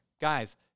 guys